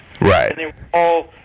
Right